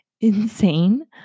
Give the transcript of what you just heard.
insane